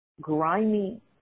grimy